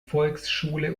volksschule